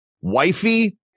Wifey